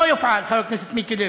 לא יופעל, חבר הכנסת מיקי לוי,